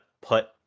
put